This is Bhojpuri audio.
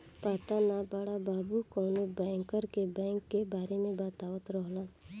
पाता ना बड़ा बाबु कवनो बैंकर बैंक के बारे में बतावत रहलन